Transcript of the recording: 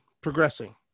progressing